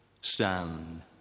Stand